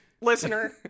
Listener